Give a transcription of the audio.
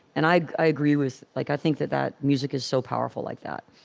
and i i agree with like i think that that music is so powerful like that.